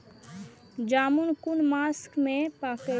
जामून कुन मास में पाके छै?